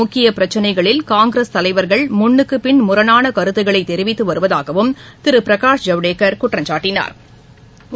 முக்கிய பிரச்சினைகளில் காங்கிரஸ் தலைவர்கள் முன்னுக்குப் பின் முரணான கருத்துக்களை தெரிவித்து வருவதாகவும் திரு பிரகாஷ் ஜவடேக்கள் குற்றம்சாட்டினாா்